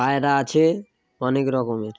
পায়রা আছে অনেক রকমে